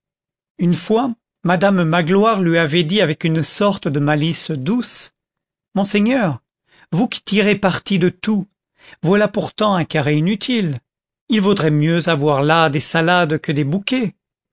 une fois madame magloire lui avait dit avec une sorte de malice douce monseigneur vous qui tirez parti de tout voilà pourtant un carré inutile il vaudrait mieux avoir là des salades que des bouquets